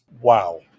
Wow